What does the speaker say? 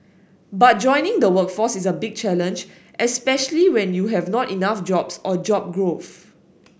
but joining the workforce is a big challenge especially when you have not enough jobs or job growth